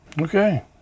Okay